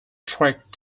track